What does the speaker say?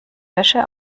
wäsche